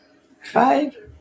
Five